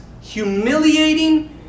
humiliating